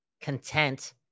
content